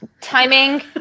timing